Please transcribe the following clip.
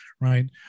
right